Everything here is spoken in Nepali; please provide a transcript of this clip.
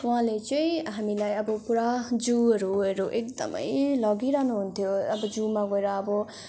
उहाँले चाहिँ हामीलाई अब पुरा जुहरू हरू एकदमै लगिरहनु हुन्थ्यो अब जुमा गएर अब